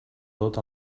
tot